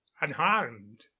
unharmed